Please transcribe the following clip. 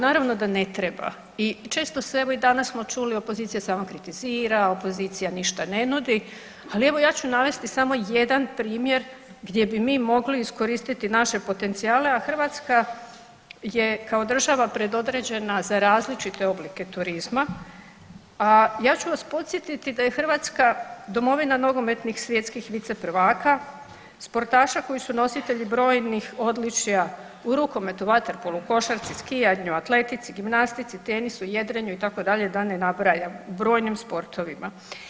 Naravno da ne treba i često se evo i danas smo čuli, opozicija samo kritizira, opozicija ništa ne nudi, ali evo ja ću navesti samo jedan primjer gdje bi mi mogli iskoristiti naše potencijale, a Hrvatska je kao država predodređena za različite oblike turizma, a ja ću vas podsjetiti da je Hrvatska domovina nogometnih svjetskih viceprvaka sportaša koji su nositelji brojnih odličja u rukometu, vaterpolu, košarci, skijanju, atletici, gimnastici, tenisu, jedrenju itd. da ne nabrajam, brojnim sportovima.